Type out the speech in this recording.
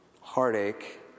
heartache